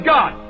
God